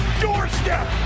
doorstep